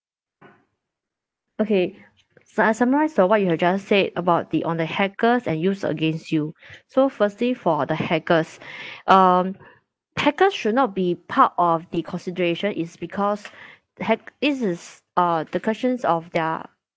okay su~ I summarise on what you have just said about the on the hackers and use against you so firstly for the hackers um hackers should not be part of the consideration is because hack~ this is uh the questions of their